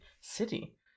city